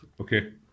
Okay